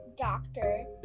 doctor